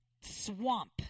swamp